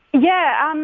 yeah, um